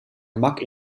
gemak